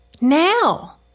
now